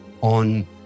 on